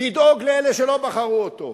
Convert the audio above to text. לדאוג לאלה שלא בחרו בו,